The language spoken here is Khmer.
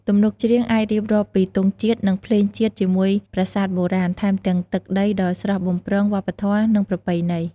ទំនុកច្រៀងអាចរៀបរាប់ពី ទង់ជាតិ និងភ្លេងជាតិជាមួយប្រាសាទបុរាណ ថែមទាំងទឹកដីដ៏ស្រស់បំព្រង វប្បធម៌ និងប្រពៃណី។